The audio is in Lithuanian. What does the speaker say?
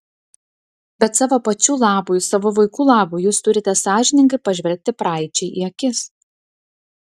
bet savo pačių labui savo vaikų labui jūs turite sąžiningai pažvelgti praeičiai į akis